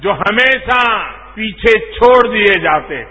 जो हमेशा पीछे छोड़ दिए जाते थे